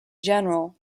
general